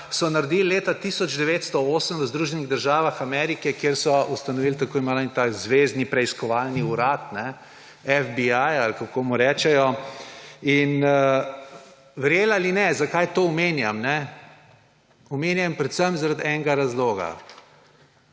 so naredili leta 1908 v Združenih državah Amerike, kjer so ustanovili tako imenovani zvezni preiskovalni urad FBI. Verjeli ali ne, zakaj to omenjam? Omenjam predvsem zaradi enega razloga.